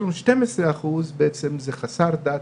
אצל 12 אחוז מהזוגות, שני בני הזוג הם חסרי דת.